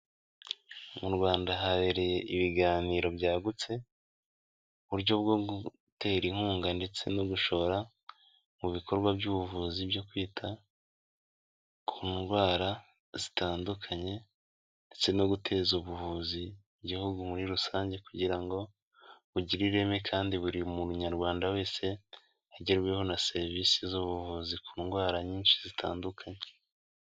Mu Rwanda habereye ibiganiro byagutse, uburyo bwo gutera inkunga ndetse no gushora mu bikorwa by'ubuvuzi byo kwita ku ndwara zitandukanye ndetse no guteza ubuvuzi igihugu muri rusange kugira ngo bugire ireme kandi buri munyarwanda wese agerweho na serivisi z'ubuvuzi ku ndwara nyinshi zitandukanye.